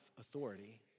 authority